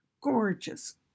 gorgeous